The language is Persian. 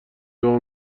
دعا